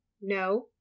No